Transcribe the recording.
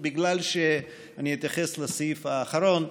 כמו שאמרתי, זה לא ייקח יותר מדי זמן.